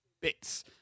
bits